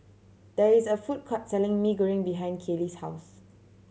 there is a food court selling Mee Goreng behind Caylee's house